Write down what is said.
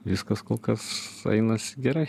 viskas kol kas einasi gerai